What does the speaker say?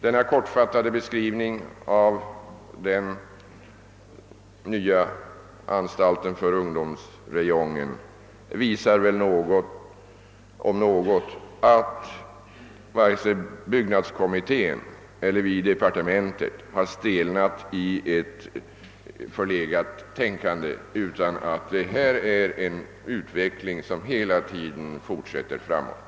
Denna kortfattade beskrivning av den nya anstalten för ungdomsräjongen visar väl om något, att varken byggnadskommittén eller vi i departementet har stelnat i ett förlegat tänkande, utan att det rör sig om en utveckling som hela tiden fortsätter framåt.